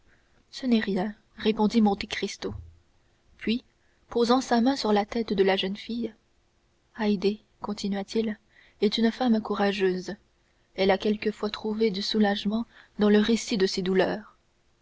ce n'est rien répondit monte cristo puis posant sa main sur la tête de la jeune fille haydée continua-t-il est une femme courageuse elle a quelquefois trouvé du soulagement dans le récit de ses douleurs